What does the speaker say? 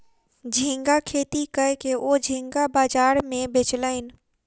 झींगा खेती कय के ओ झींगा बाजार में बेचलैन